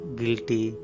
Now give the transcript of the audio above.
guilty